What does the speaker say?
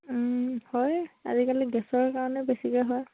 হয় আজিকালি গেছৰ কাৰণে বেছিকৈ হয়